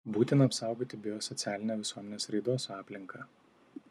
būtina apsaugoti biosocialinę visuomenės raidos aplinką